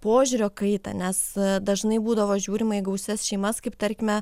požiūrio kaitą nes dažnai būdavo žiūrima į gausias šeimas kaip tarkime